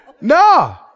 No